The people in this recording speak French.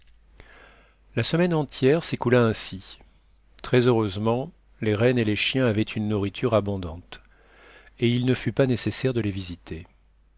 la semaine entière s'écoula ainsi très heureusement les rennes et les chiens avaient une nourriture abondante et il ne fut pas nécessaire de les visiter